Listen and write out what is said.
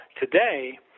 today